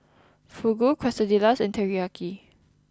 Fugu Quesadillas and Teriyaki